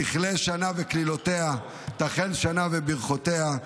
תכלה שנה וקללותיה, תחל שנה וברכותיה.